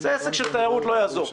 זה עסק של תיירות, לא יעזור כלום.